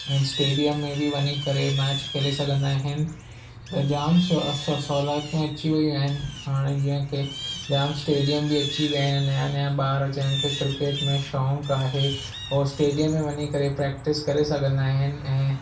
ऐं स्टेडियम में बि वञी करे मैच खेले सघंदा आहिनि त जाम सो सो सहूलियतूं अची वेयूं आहिनि हाणे जीअं के जाम स्टेडियम बि अची विया आहिनि नवां नवां ॿार जंहिंखे क्रिकेट में शौक़ु आहे उहे स्टेडियम में वञी करे प्रेक्टिस करे सघंदा आहिनि ऐं